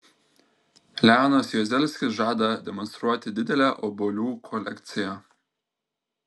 leonas juozelskis žada demonstruoti didelę obuolių kolekciją